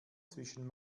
zwischen